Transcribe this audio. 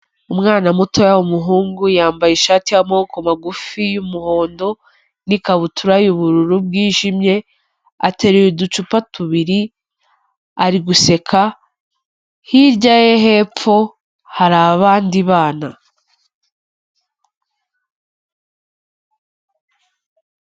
Umwana mutoya w'umuhungu yambaye ishati y'amaboko magufi y'umuhondo n'ikabutura y'ubururu bwijimye, ateruye uducupa tubiri ari guseka, hirya ye hepfo hari abandi bana.